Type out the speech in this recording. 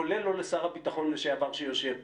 כולל לא לשר הביטחון לשעבר שיושב פה.